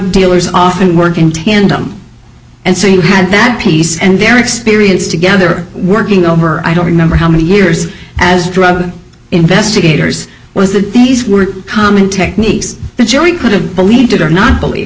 dealers often work in tandem and so you had that piece and their experience together working over i don't remember how many years as drug investigators was that these were common techniques the jury could have believed it or not believe